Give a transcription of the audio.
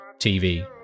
TV